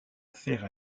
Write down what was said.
affaire